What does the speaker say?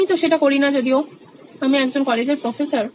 আমি তো সেটা করি না যদিও আমি একজন কলেজের প্রফেসর